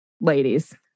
ladies